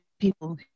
people